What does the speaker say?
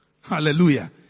Hallelujah